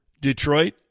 Detroit